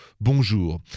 bonjour